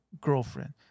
girlfriend